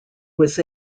was